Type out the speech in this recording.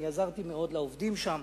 אני עזרתי מאוד לעובדים שם.